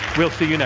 we'll see you know